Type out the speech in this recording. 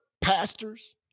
pastors